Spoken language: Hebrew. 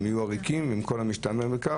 הם יהיו עריקים, עם כל המשתמע מכך.